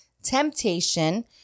temptation